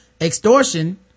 extortion